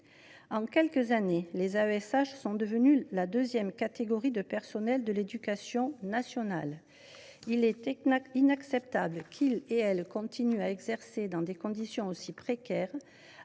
En quelques années, les AESH sont devenus la deuxième catégorie de personnels de l’éducation nationale. Il est inacceptable qu’ils et elles continuent à exercer dans des conditions aussi précaires,